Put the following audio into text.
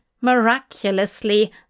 miraculously